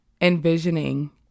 envisioning